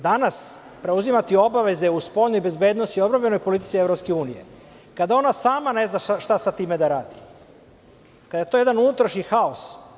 Danas preuzimati obaveze u spoljnoj bezbednosnoj i odbrambenoj politici EU, kada ona sama ne zna šta sa time da radi, kada je to jedan unutrašnji haos.